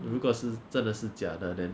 如果是真的是假的 then